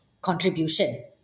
contribution